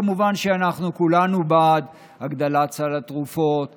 כמובן שאנחנו כולנו בעד הגדלת סל התרופות בכלל,